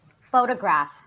Photograph